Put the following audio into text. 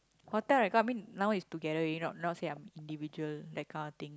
hotel right come in now is together not not say I'm individual that kind of thing